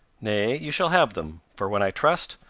nay, you shall have them for when i trust,